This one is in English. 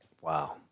wow